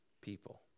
people